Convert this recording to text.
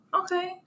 Okay